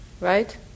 right